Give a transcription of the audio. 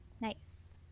Nice